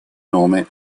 nome